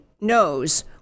knows